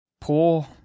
Poor